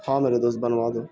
ہاں میرے دوست بنوا دو